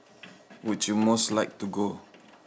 would you most like to go